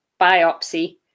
biopsy